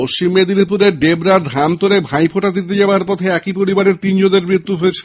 পশ্চিম মেদিনীপুরের ডেবরায় ধামতোড়ে ভাইফোঁটা দিতে যাওয়ার পথে একই পরিবারের তিনজনের মৃত্যু হয়েছে